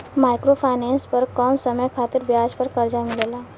micro finance पर कम समय खातिर ब्याज पर कर्जा मिलेला